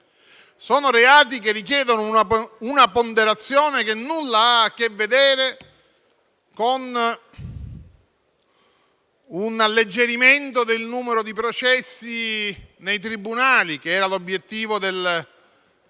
Sono reati che richiedono una ponderazione che nulla ha a che vedere con un alleggerimento del numero di processi nei tribunali, che era l'obiettivo del